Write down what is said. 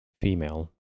female